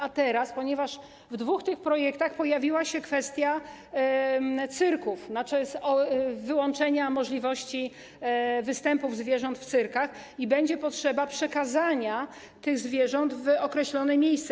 A teraz, ponieważ w tych dwóch projektach pojawiła się kwestia cyrków, tzn. wyłączenia możliwości występów zwierząt w cyrkach, będzie potrzeba przekazania tych zwierząt w określone miejsce.